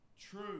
True